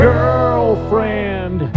Girlfriend